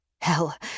Hell